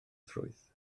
ffrwyth